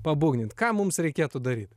pabūgnint ką mums reikėtų daryt